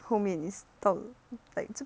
后面 it's like 这